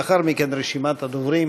לאחר מכן, רשימת הדוברים